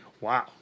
Wow